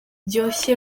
rwose